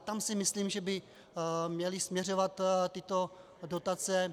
Tam si myslím, že by měly směřovat tyto dotace.